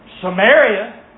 Samaria